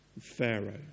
Pharaoh